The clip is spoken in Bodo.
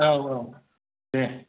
औ औ दे